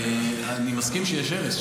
אני מסכים שיש הרס.